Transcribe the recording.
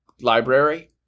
library